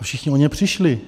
Všichni o ně přišli.